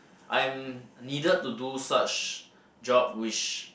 I'm needed to do such job which